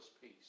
peace